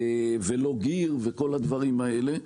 לא גיר וכל הדברים האלה,